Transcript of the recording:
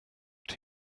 that